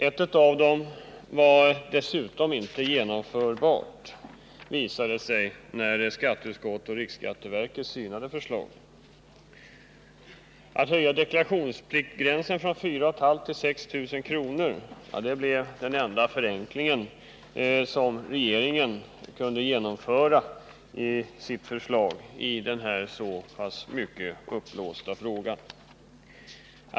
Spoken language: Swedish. En av dem var dessutom inte genomförbar, visade det sig när skatteutskottet och riksskatteverket synade förslaget. Att höja deklarationspliktsgränsen från 4 500 till 6 000 kr. blev den enda förenkling som regeringen kunde genomföra i denna så uppblåsta fråga.